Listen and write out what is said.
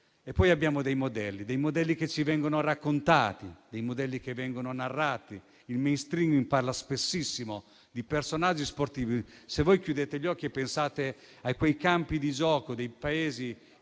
avanti. Abbiamo poi dei modelli che ci vengono raccontati, che vengono narrati; il *mainstream* parla spessissimo di personaggi sportivi. Se voi chiudete gli occhi e pensate ai campi da gioco dei Paesi